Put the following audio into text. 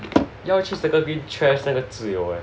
要去 circle bin trash 那个志友